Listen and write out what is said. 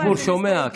הציבור שומע,